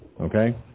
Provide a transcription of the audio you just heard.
Okay